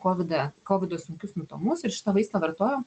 kovidą kovido sunkius simptomus ir šitą vaistą vartojo